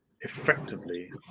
effectively